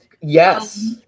Yes